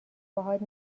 باهات